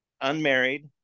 unmarried